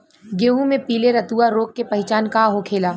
गेहूँ में पिले रतुआ रोग के पहचान का होखेला?